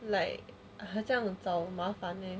like !huh! 这样找麻烦 leh